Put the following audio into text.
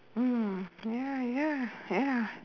mm ya ya ya